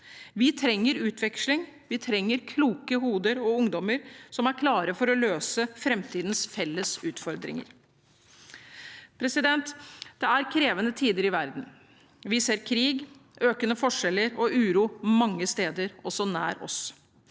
Vi trenger utveksling, og vi trenger kloke hoder og ungdommer som er klare for å løse framtidens felles utfordringer. Det er krevende tider i verden, og vi ser krig, økende forskjeller og uro mange steder, også nær oss.